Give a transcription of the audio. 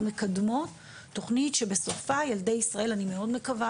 אנחנו מקדמות תכנית שבסופה ילדי ישראל - אני מאוד מקווה,